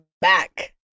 back